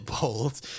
bold